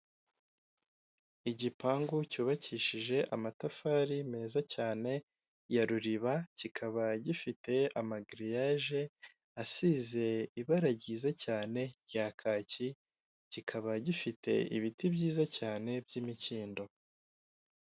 Igipangu cyubakishije amafatari meza cyane ya Ruliba, kikaba gifire amagiriyaje asize ibara ryiza rya kaki, kikaba gifite ibiti byiza cyane by'imikindo.